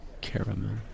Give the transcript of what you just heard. caramel